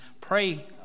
Pray